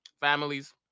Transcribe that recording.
Families